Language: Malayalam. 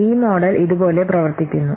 ഈ മോഡൽ ഇതുപോലെ പ്രവർത്തിക്കുന്നു